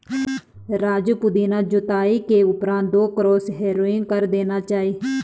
राजू पुदीना जुताई के उपरांत दो क्रॉस हैरोइंग कर देना चाहिए